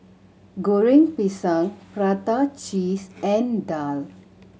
Goreng Pisang prata cheese and daal